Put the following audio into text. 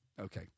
Okay